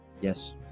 Yes